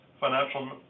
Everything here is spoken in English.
financial